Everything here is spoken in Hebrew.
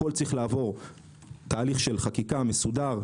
הכול צריך לעבור תהליך חקיקה מסודר,